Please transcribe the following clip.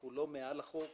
אנחנו לא מעל החוק.